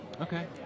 Okay